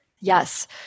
Yes